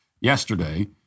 yesterday